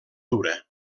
dura